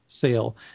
sale